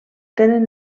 tenen